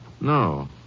No